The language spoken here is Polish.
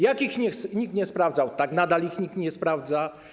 Jak ich nikt nie sprawdzał, tak nadal ich nikt nie sprawdza.